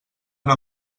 una